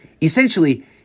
Essentially